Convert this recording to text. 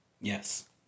Yes